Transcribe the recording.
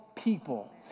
People